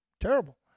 terrible